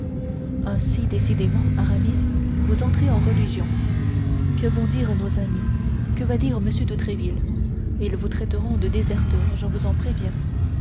ainsi décidément aramis vous entrez en religion que vont dire nos amis que va dire m de tréville ils vous traiteront de déserteur je vous en préviens